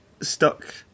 stuck